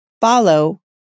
follow